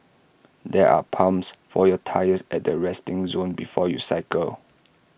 there are pumps for your tyres at the resting zone before you cycle